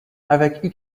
avec